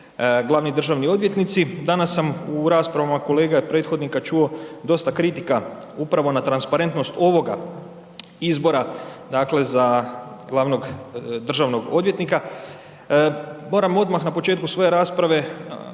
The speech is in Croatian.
glavni državni odvjetnici, danas sam u raspravama kolega prethodnika čuo dosta kritika upravo na transparentnost ovoga izbora dakle za glavnog državnog odvjetnika. Moram odmah na početku svoje rasprave